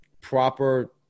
proper